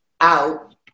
out